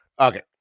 okay